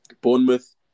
Bournemouth